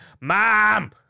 Mom